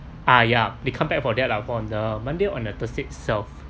ah ya they come back for that lah on the monday or thursday itself